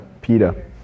Peter